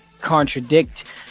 contradict